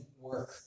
work